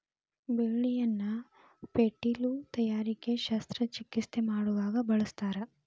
ಬಳ್ಳಿಯನ್ನ ಪೇಟಿಲು ತಯಾರಿಕೆ ಶಸ್ತ್ರ ಚಿಕಿತ್ಸೆ ಮಾಡುವಾಗ ಬಳಸ್ತಾರ